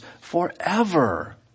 forever